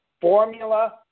formula